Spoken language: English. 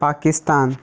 Pakistan